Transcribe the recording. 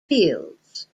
fields